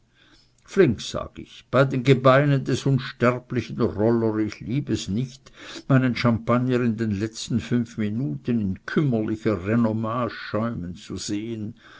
flink sag ich bei den gebeinen des unsterblichen roller ich lieb es nicht meinen champagner in den letzten fünf minuten in kümmerlicher renommage schäumen zu sehen